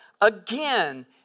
Again